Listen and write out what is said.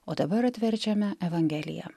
o dabar atverčiame evangeliją